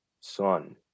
son